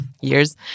years